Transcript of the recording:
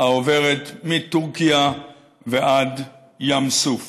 העוברת מטורקיה ועד ים סוף.